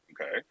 okay